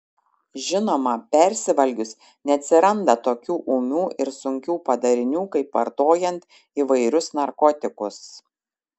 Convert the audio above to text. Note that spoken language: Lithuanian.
žinoma persivalgius neatsiranda tokių ūmių ir sunkių padarinių kaip vartojant įvairius narkotikus